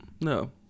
No